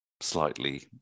slightly